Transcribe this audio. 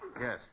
Yes